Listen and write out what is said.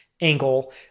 angle